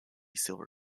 silver